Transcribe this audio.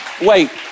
Wait